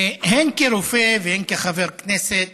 הן כרופא והן חבר כנסת